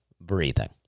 breathing